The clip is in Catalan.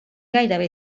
gairebé